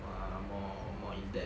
err more more in depth